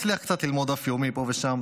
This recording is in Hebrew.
מצליח קצת ללמוד דף יומי פה ושם,